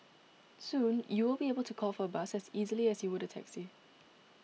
soon you will be able to call for a bus as easily as you would a taxi